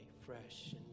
fresh